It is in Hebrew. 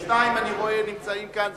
שניים אני רואה נמצאים כאן,